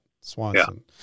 Swanson